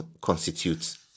constitutes